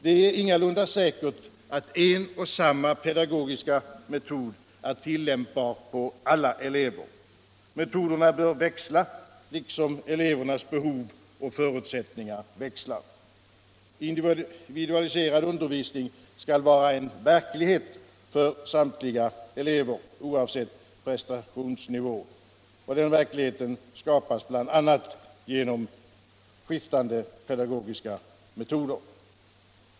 Det är ingalunda säkert att en och samma pedagogiska metod är tillämpbar på alla elever. Metoderna bör växla, liksom elevernas behov och förutsättningar växlar. Individualiserad undervisning skall vara en verklighet för samtliga elever, oavsett prestationsnivå, och den verkligheten skapas bl.a. genom skiftande pedagogiska metoder.